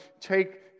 take